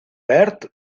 verd